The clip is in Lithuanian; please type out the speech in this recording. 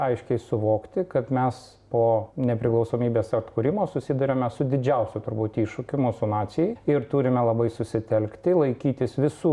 aiškiai suvokti kad mes po nepriklausomybės atkūrimo susiduriame su didžiausiu turbūt iššūkiu mūsų nacijai ir turime labai susitelkti laikytis visų